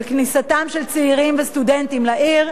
של כניסתם של צעירים וסטודנטים לעיר,